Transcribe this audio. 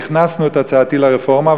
והכנסנו את הצעתי לרפורמה,